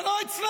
אבל לא אצלנו.